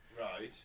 Right